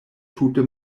tute